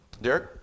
Derek